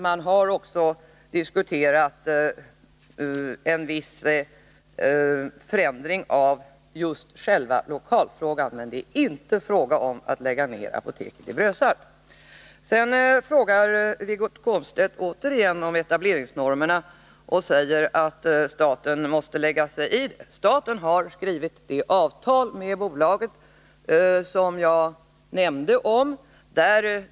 Man har också diskuterat en viss förändring av själva lokalen. Men det är inte fråga om att lägga ner apoteket i Brösarp. Sedan frågar Wiggo Komstedt återigen om etableringsnormerna och säger att staten måste lägga sig i detta. Staten har skrivit det avtal med Apoteksbolaget som jag nämnde.